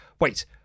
Wait